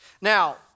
Now